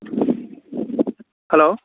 hello